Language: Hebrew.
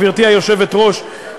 גברתי היושבת-ראש,